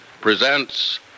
presents